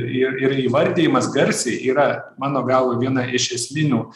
ir ir įvardijimas garsiai yra mano galva viena iš esminių